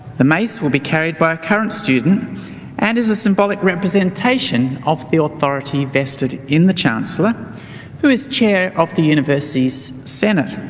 the mace will be carried by a current student and is a symbolic representation of the authority vested in the chancellor who is chair of the university's senate.